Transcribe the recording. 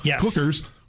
cookers